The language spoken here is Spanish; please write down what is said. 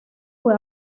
fue